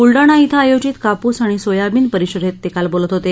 बुलढाणा िं आयोजित कापूस आणि सोयाबीन परिषदेत ते काल बोलत होते